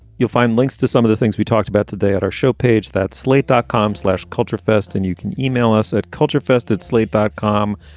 you'll find links to some of the things we talked about today at our show page, that slate dot com slash culture fest, and you can e-mail us at culture fest at slate dot com.